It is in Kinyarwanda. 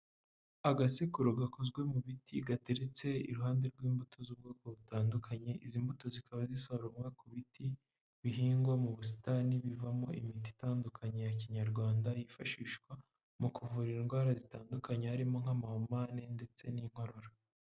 Agasekuro gakozwe mu biti, gateretse iruhande rw'imbuto z'ubwoko butandukanye, izi mbuto zikaba zisoromwa ku biti bihingwa mu busitani bivamo imiti itandukanye ya Kinyarwanda, yifashishwa mu kuvura indwara zitandukanye harimo nk'amahumane ndetse n'inkorora.